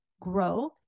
grow